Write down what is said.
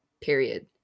period